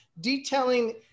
detailing